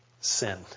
sin